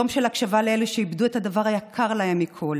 יום של הקשבה לאלה שאיבדו את הדבר היקר להם מכול